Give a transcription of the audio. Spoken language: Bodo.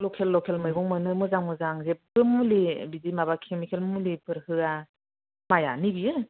लकेल लकेल मैगं मोनो मोजां मोजां जेब्बो मुलि बिदि माबा केमिकेल मुलिफोर होआ माया नैबेयो